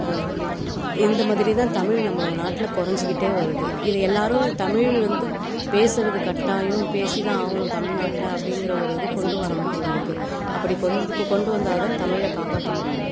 இந்த மாதிரி தான் தமிழ் நம்ம நாட்டில குறஞ்சிக்கிட்டே வருது இதை எல்லாரும் தமிழ் வந்து பேசுகிறது கட்டாயம் பேசி தான் ஆகணும் தமிழ் நாட்டில அப்படீங்கிற ஒரு இது கொண்டு வரணும் போல் இருக்குது அப்படி கொண் கொண்டு வந்தால் தான் தமிழை காப்பாற்ற முடியும்